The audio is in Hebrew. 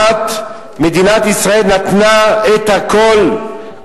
ומדינת ישראל כמעט נתנה את הכול,